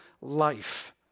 life